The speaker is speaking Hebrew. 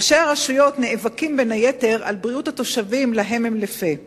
ראשי הרשויות נאבקים בין היתר על בריאות התושבים שהם לפה להם.